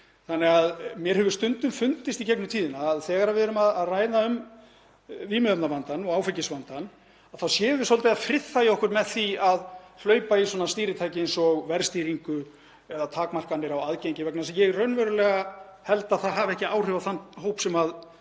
fíkninni. Mér hefur stundum fundist í gegnum tíðina að þegar við erum að ræða um vímuefnavandann og áfengisvandann þá séum við svolítið að friðþægja okkur með því að hlaupa í svona stýritæki eins og verðstýringu eða takmarkanir á aðgengi, vegna þess að ég held raunverulega að það hafi ekki áhrif á þann hóp sem á